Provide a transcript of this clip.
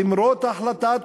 למרות החלטת